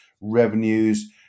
revenues